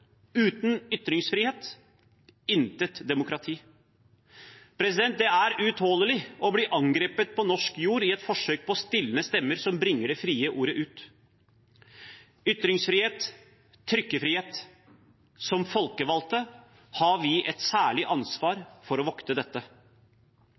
uten ytringsfrihet, intet demokrati. Det er utålelig å bli angrepet på norsk jord i et forsøk på å stilne stemmer som bringer det frie ordet ut. Ytringsfrihet, trykkefrihet – som folkevalgte har vi et særlig ansvar